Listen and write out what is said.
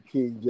King